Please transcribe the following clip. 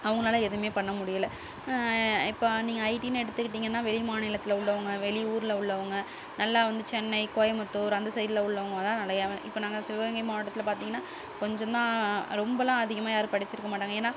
அவங்களால எதுவுமே பண்ண முடியலை இப்போ நீங்கள் ஐடினு எடுத்துக்கிட்டிங்கனா வெளி மாநிலத்தில் உள்ளவங்க வெளி ஊர்ல உள்ளவங்க நல்லா வந்து சென்னை கோயம்புத்தூர் அந்த சைட்ல உள்ளவங்க தான் நல்ல இப்போ நாங்கள் சிவகங்கை மாவட்டத்தில் பார்த்திங்கன்னா கொஞ்சந்தான் ரொம்பலாம் அதிகமாக யாரும் படிச்சிருக்க மாட்டாங்க ஏன்னா